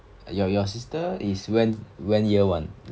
your your sister is when when year one